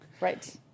right